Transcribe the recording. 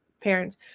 parents